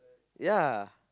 ya